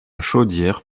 chaudière